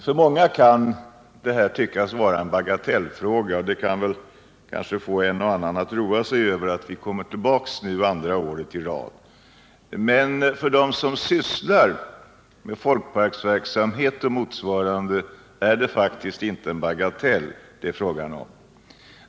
För många kan detta tyckas vara en bagatellfråga, och det kan kanske roa någon att vi kommer tillbaka för andra året i rad med den, men för dem som sysslar med folkparksverksamhet och motsvarande är det faktiskt inte fråga om en bagatell.